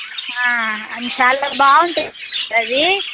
ఆ చాలా బాగుంటుంది సర్ అదీ